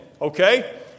Okay